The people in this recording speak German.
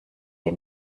ihr